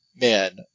man